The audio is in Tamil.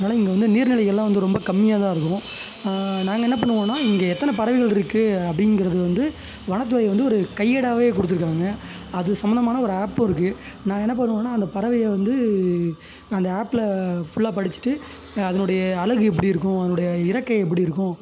அதனாலே இங்கே வந்து நீர் நிலைகளெலாம் வந்து ரொம்ப கம்மியாக தான் இருக்கும் நாங்கள் என்ன பண்ணுவோன்னா இங்கே எத்தனை பறவைகளிருக்கு அப்படிங்குறது வந்து வனத்துறை வந்து ஒரு கையேடாகவே கொடுத்துருக்காங்க அது சம்மந்தமான ஒரு ஆப்பும் இருக்குது நான் என்ன பண்ணுவேன்னால் அந்த பறவையை வந்து அந்த ஆப்பில் ஃபுல்லாக படிச்சுட்டு அதனுடைய அலகு எப்படி இருக்கும் அதனுடைய இறக்கை எப்படி இருக்கும்